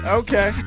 okay